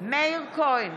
מאיר כהן,